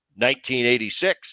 1986